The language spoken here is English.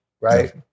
right